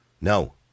No